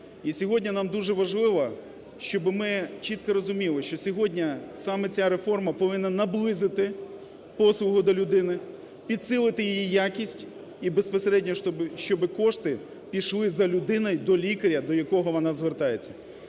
І сьогодні нам дуже важливо, щоб ми чітко розуміли, що сьогодні саме ця реформа повинна наблизити послугу до людини, підсилити її якість і, безпосередньо, щоб кошти пішли за людиною, до лікаря, до якого вона звертається.